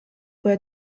were